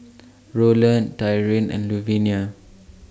Rolland Tyrin and Luvinia